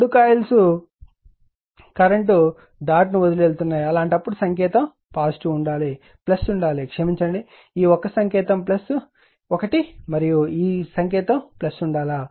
రెండు coils current చుక్కను వదిలివెళ్తుంది అలాంటప్పుడు ఈ సంకేతం ఉండాలి క్షమించండి ఈ ఒక్క సంకేతం ఇది ఒకటి మరియు ఈ సంకేతం ఉండాలి